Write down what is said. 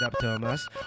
Thomas